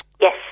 Yes